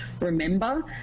remember